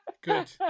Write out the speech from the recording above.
Good